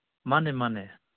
ꯃꯥꯅꯦ ꯃꯥꯅꯦ